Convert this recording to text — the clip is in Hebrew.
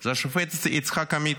זה השופט יצחק עמית.